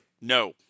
No